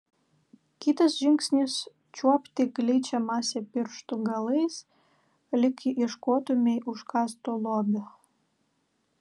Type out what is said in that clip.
kitas žingsnis čiuopti gličią masę pirštų galais lyg ieškotumei užkasto lobio